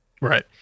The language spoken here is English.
Right